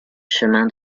chemin